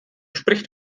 spricht